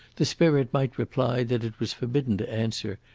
the spirit might reply that it was forbidden to answer,